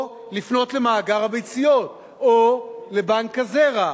או לפנות למאגר הביציות או לבנק הזרע,